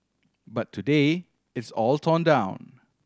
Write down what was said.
but today it's all torn down